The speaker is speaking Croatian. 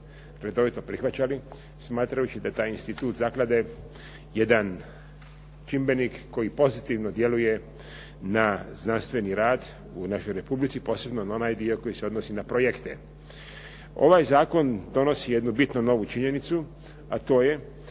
redovito prihvaćali smatrajući da taj institut zaklade jedan čimbenik koji pozitivno djeluje na znanstveni rad u našoj republici, posebno onaj dio koji se odnosi na projekte. Ovaj zakon donosi jednu bitnu novu činjenicu, a to je